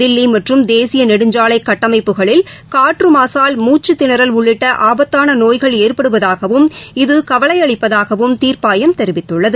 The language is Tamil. தில்லிமற்றம் தேசியநெடுஞ்சாலைகட்டமைப்புகளில் காற்றுமாசால் முச்சுத்திணறல் உள்ளிட்டஆபத்தானநோய்கள் ஏற்படுவதாகவும் இது கவலையளிப்பதாகவும் தீர்ப்பாயம் தெரிவித்துள்ளது